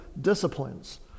disciplines